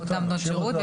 אותן בנות שירות.